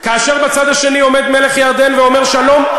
כאשר בצד השני עומד מלך ירדן ואומר: שלום,